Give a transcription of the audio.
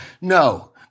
No